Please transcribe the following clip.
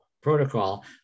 protocol